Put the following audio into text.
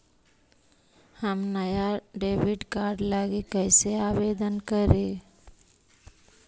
हम नया debit card लागी कईसे आवेदन करी?